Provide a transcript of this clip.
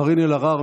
קארין אלהרר,